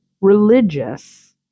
religious